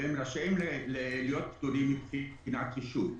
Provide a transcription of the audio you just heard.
והם רשאים להיות פטורים מבחינת רישוי.